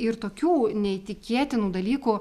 ir tokių neįtikėtinų dalykų